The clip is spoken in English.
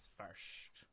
first